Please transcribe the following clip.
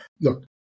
Look